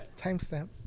Timestamp